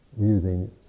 using